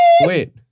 Wait